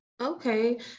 Okay